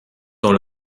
dans